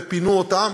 ופינו אותם.